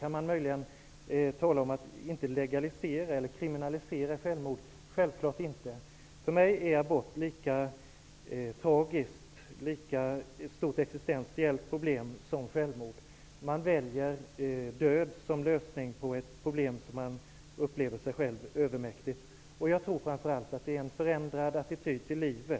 Kan man möjligen tala om att inte legalisera/kriminalisera självmord? Självfallet inte. För mig är en abort lika tragisk och ett lika stort existentiellt problem som ett självmord är. Man väljer döden som lösning på ett problem som man upplever är en själv övermäktigt. Jag tror att det framför allt handlar om att det behövs en förändrad attityd till livet.